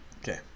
Okay